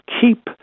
keep